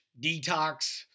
detox